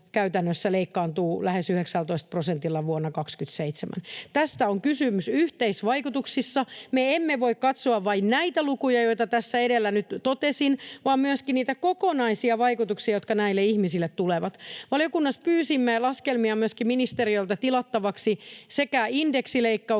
käytännössä leikkaantuu lähes 19 prosentilla vuonna 27. Tästä on kysymys yhteisvaikutuksissa. Me emme voi katsoa vain näitä lukuja, joita tässä edellä nyt totesin, vaan myöskin niitä kokonaisia vaikutuksia, jotka näille ihmisille tulevat. Valiokunnassa pyysimme laskelmia myöskin ministeriöltä tilattavaksi sekä indeksileikkauksien